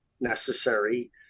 necessary